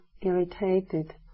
irritated